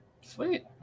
sweet